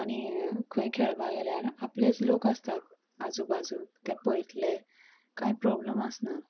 आनी खंय खेळपाक गेल्यार आपलेच लोक आसतात आजूबाजू ते पयतले कांय प्रोब्लम आसना